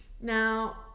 now